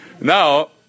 now